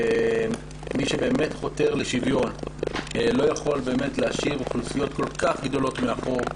מי שבאמת חותר לשוויון לא יכול להשאיר אוכלוסיות כל כך גדולות מאחור,